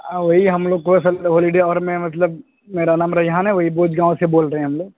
وہی ہم لوگ کو اصل میں ہولیڈے اور میں مطلب میرا نام ریحان ہے وہی بوجھ گاؤں سے بول رہے ہیں ہم لوگ